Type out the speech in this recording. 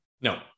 No